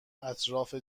اطراف